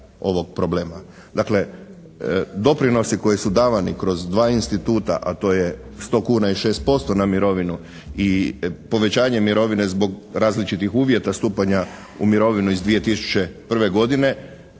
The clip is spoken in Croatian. Dakle doprinosi koji su davani kroz dva instituta, a to je 100 kuna i 6% na mirovinu i povećanje mirovine zbog različitih uvjeta stupanja u mirovinu iz 2001. godine